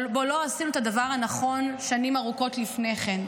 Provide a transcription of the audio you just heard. שבו לא עשינו את הדבר הנכון שנים ארוכות לפני כן.